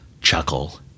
chuckle